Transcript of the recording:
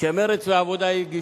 שמרצ והעבודה הגישו.